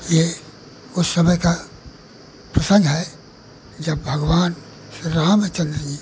यह उस समय का प्रसन्ग है जब भगवान श्री रामचन्द्र जी